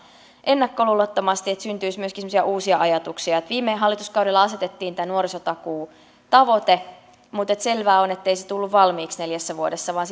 ennakkoluulottomasti niin että syntyisi myöskin semmoisia uusia ajatuksia viime hallituskaudella asetettiin tämä nuorisotakuutavoite mutta selvää on ettei se tullut valmiiksi neljässä vuodessa vaan